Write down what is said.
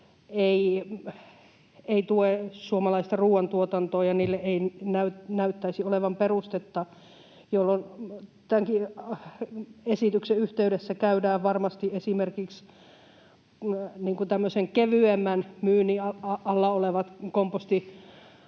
eivät tue suomalaista ruoantuotantoa ja joille ei näyttäisi olevan perustetta, jolloin tämänkin esityksen yhteydessä käydään varmasti esimerkiksi tämmöisen kevyemmän myynnin alla olevat kompostilannan